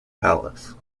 palace